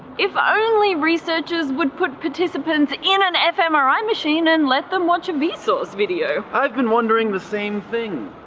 if only researchers would put participants in an fmri machine and let them watch a vsauce video. i've been wondering the same thing.